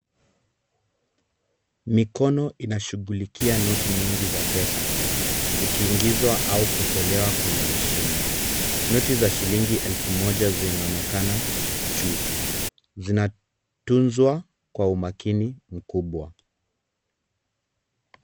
Mikono inashughulikia noti nyingi za pesa zikiingizwa au kutolewa kwenye mashini. Noti za shilingi elfu moja zinaonekana juu. Zinatunzwa kwa umakini mkubwa.